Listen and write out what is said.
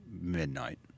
midnight